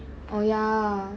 oh ya